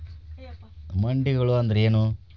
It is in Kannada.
ಮಂಡಿಗಳು ಅಂದ್ರೇನು?